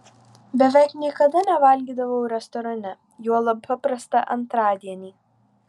beveik niekada nevalgydavau restorane juolab paprastą antradienį